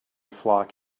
flock